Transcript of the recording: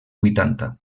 vuitanta